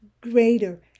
greater